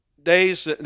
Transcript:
Days